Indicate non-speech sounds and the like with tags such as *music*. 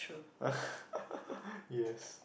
*laughs* yes